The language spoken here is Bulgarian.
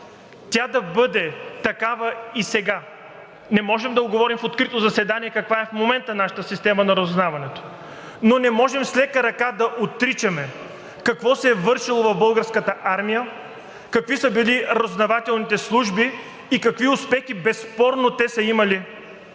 тя да бъде такава и сега. Не може да говорим в открито заседание каква е в момента нашата система на разузнаването, но не може с лека ръка да отричаме какво се е вършело в Българската армия, какви са били разузнавателните служби и какви успехи безспорно те са имали,